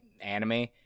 anime